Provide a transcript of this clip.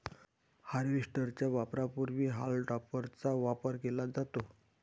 harvester च्या वापरापूर्वी हॉल टॉपरचा वापर केला जातो